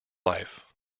life